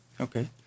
Okay